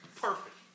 perfect